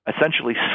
essentially